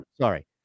Sorry